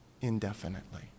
indefinitely